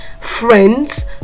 friends